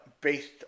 based